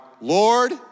Lord